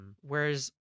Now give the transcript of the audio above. Whereas